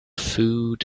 food